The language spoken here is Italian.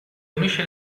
unisce